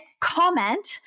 comment